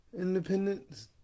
Independence